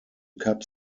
cup